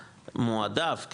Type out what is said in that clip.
מועדף,